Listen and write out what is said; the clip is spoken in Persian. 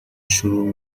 شروع